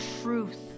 truth